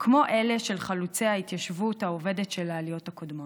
כמו אלה של חלוצי ההתיישבות העובדת של העליות הקודמות.